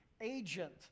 agent